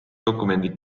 dokumendid